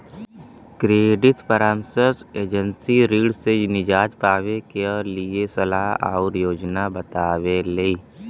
credit परामर्श agency ऋण से निजात पावे क लिए सलाह आउर योजना बतावेली